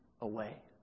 away